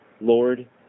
Lord